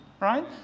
right